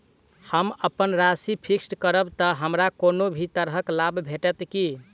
हम अप्पन राशि फिक्स्ड करब तऽ हमरा कोनो भी तरहक लाभ भेटत की?